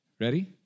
ready